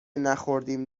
نخوردیم